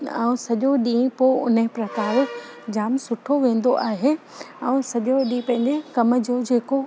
ऐं सॼो ॾींहुं पोइ ने प्रकार जाम सुठो वेंदो आहे ऐं सॼो ॾींहुं पंहिंजे कमनि जो जेको